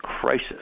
crisis